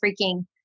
freaking